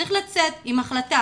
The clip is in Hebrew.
צריך לצאת עם החלטה